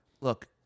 Look